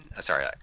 Sorry